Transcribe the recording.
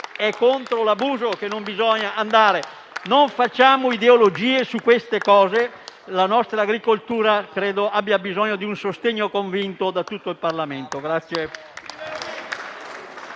È contro l'abuso che bisogna andare. Non facciamo ideologie su queste cose. Credo che la nostra agricoltura abbia bisogno di un sostegno convinto da tutto il Parlamento.